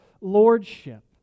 lordship